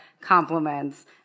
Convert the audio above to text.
compliments